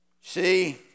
See